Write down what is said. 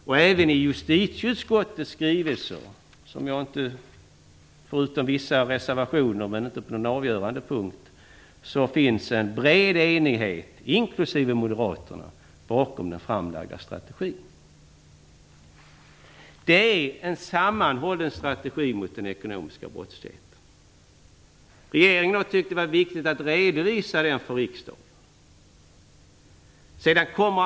Även omkring den i justitieutskottets skrivning anvisade strategin råder en bred enighet, också innefattande moderaterna. Det finns vissa reservationer, men inte på någon avgörande punkt. Det gäller en sammanhållen strategi mot den ekonomiska brottsligheten. Regeringen har tyckt det vara viktigt att redovisa denna strategi för riksdagen.